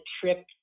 trip